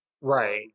Right